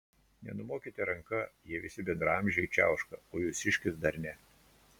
nenumokite ranka jei visi bendraamžiai čiauška o jūsiškis dar ne